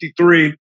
53